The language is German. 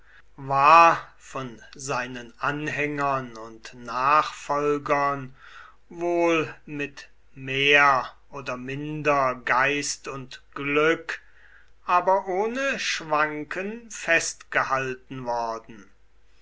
war von seinen anhängern und nachfolgern wohl mit mehr oder minder geist und glück aber ohne schwanken festgehalten worden